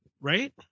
right